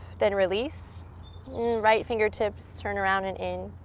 then release. and right fingertips turn around and in,